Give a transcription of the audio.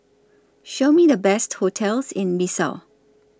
Show Me The Best hotels in Bissau